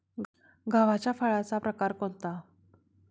गव्हाच्या फळाचा प्रकार कोणता?